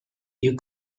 you